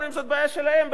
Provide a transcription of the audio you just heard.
אומרים: זו בעיה שלהם,